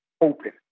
open